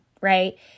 right